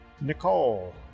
Nicole